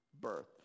birth